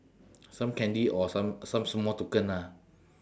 some candy or some some small token ah